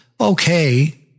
okay